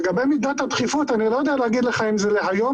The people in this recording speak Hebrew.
לגבי מידת הדחיפות אני לא יודע להגיד לך אם זה להיום,